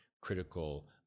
critical